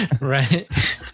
right